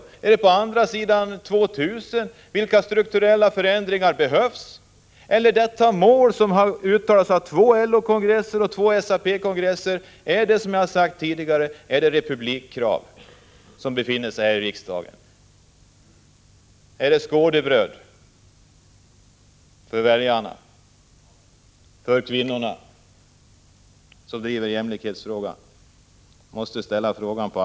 Blir det på andra sidan år 2 000? Vilka strukturella förändringar behövs? Dessa mål har fastställts av två LO kongresser och två SAP-kongresser. Är det, som jag tidigare frågade, med detta som med republikkravet? Är detta bara skådebröd för väljarna och framför allt för kvinnorna? De som vill arbeta för jämställdhet måste på allvar ställa dessa frågor.